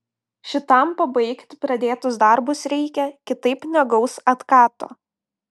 šitam pabaigti pradėtus darbus reikia kitaip negaus atkato